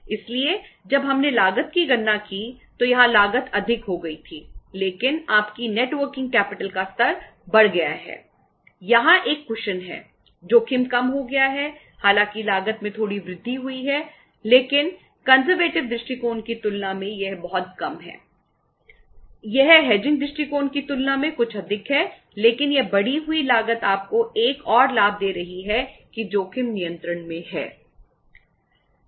इसलिए जब हमने लागत की गणना की तो यहां लागत अधिक हो गई थी लेकिन आपकी नेट वर्किंग कैपिटल दृष्टिकोण की तुलना में कुछ अधिक है लेकिन यह बढ़ी हुई लागत आपको एक और लाभ दे रही है कि जोखिम नियंत्रण में है